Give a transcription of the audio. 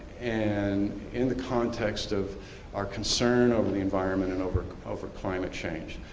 and in the context of our concern over the environment and over over climate change.